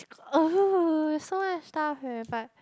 oh so much stuff [eh]but